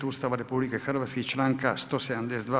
Ustava RH i članka 172.